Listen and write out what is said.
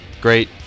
Great